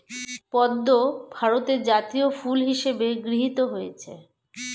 পদ্ম ভারতের জাতীয় ফুল হিসেবে গৃহীত হয়েছে